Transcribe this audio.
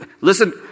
Listen